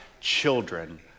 children